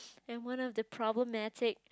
and one of the problematic